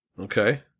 Okay